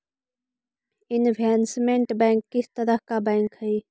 investment bank किस तरह का बैंक हई